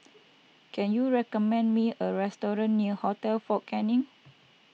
can you recommend me a restaurant near Hotel fort Canning